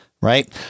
right